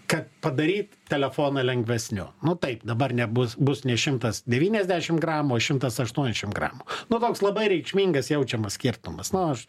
kad padaryt telefoną lengvesniu nu taip dabar nebus bus ne šimtas devyniasdešimt gramų o šimtas aštuondešimt gramų nu toks labai reikšmingas jaučiamas skirtumas nu aš